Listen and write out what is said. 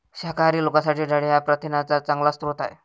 शाकाहारी लोकांसाठी डाळी हा प्रथिनांचा चांगला स्रोत आहे